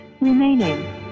remaining